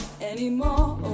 anymore